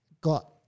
got